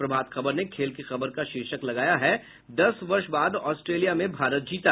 प्रभात खबर ने खेल की खबर का शीर्षक लगाया है दस वर्ष बाद आस्ट्रेलिया में भारत जीता